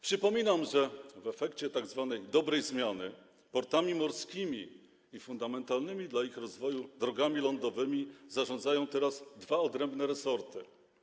Przypominam, że w efekcie tzw. dobrej zmiany portami morskimi i fundamentalnymi dla ich rozwoju drogami lądowymi zarządzają teraz dwa odrębne resorty.